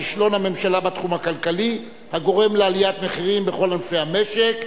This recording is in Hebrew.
כישלון הממשלה בתחום הכלכלי הגורם לעליית מחירים בכל ענפי המשק,